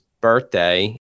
birthday